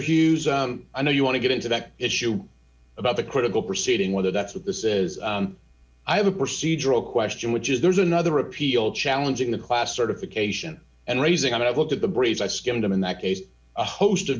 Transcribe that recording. hughes i know you want to get into that issue about the critical proceeding whether that's what this is i have a procedural question which is there's another appeal challenging the class certification and raising i've looked at the braves i skimmed them in that case a host of